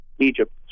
Egypt